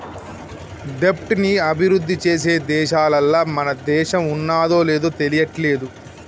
దెబ్ట్ ని అభిరుద్ధి చేసే దేశాలల్ల మన దేశం ఉన్నాదో లేదు తెలియట్లేదు